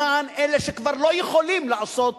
למען אלה שכבר לא יכולים לעשות